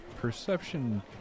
perception